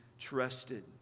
Trusted